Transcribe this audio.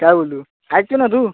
काय बोलू ऐकतोय ना तू